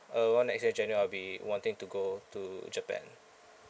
around next year january I'll be wanting to go to japan